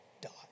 dot